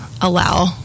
allow